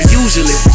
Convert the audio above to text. usually